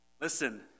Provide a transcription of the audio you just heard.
Listen